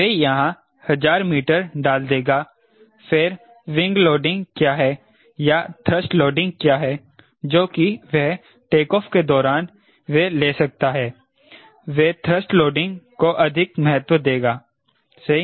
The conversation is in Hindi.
वह यहां 1000 मीटर डाल देगा फिर विंग लोडिंग क्या है या थ्रस्ट लोडिंग क्या है जो कि वह टेक ऑफ के दौरान वह ले सकता है वह थ्रस्ट लोडिंग को अधिक महत्व देगा सही